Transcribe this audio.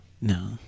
No